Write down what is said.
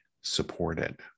supported